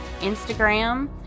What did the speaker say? instagram